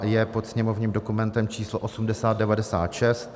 Je pod sněmovním dokumentem číslo 8096.